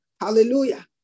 hallelujah